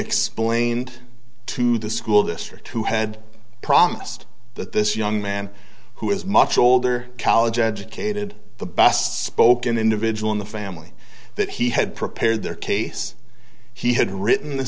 explained to the school district who had promised that this young man who is much older college educated the best spoken individual in the family that he had prepared their case he had written